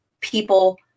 people